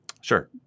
Sure